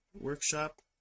workshop